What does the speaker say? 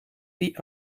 die